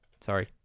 Sorry